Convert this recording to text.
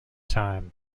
time